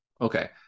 Okay